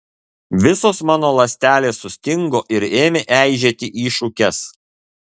visos mano ląstelės sustingo ir ėmė eižėti į šukes